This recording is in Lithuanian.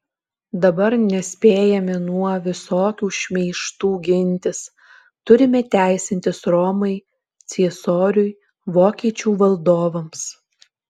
dabar nespėjame nuo visokių šmeižtų gintis turime teisintis romai ciesoriui vokiečių valdovams